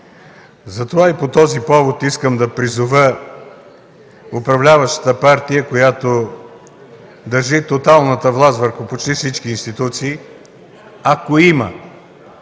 Затова по този повод искам да призова управляващата партия, която държи тоталната власт върху почти всички институции, ако има